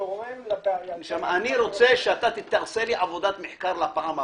אני רוצה שתעשה לי עבודת מחקר לפעם הבאה,